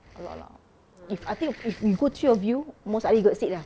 a lot lah if I think if we go three of you most likely got seat lah